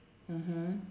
mmhmm